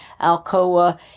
Alcoa